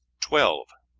twelve.